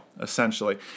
essentially